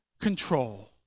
control